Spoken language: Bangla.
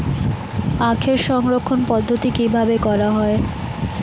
আখের সংরক্ষণ পদ্ধতি কিভাবে করা হয়?